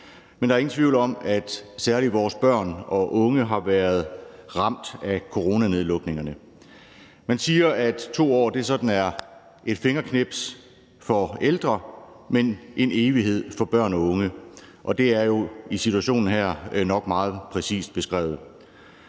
men der er ingen tvivl om, at særlig vores børn og unge har været ramt af coronanedlukningerne. Man siger, at 2 år er sådan et fingerknips for ældre, men en evighed for børn og unge, og det er i jo situationen her nok meget præcist beskrevet.